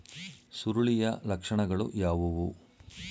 ಸುರುಳಿಯ ಲಕ್ಷಣಗಳು ಯಾವುವು?